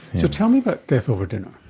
so tell me about death over dinner.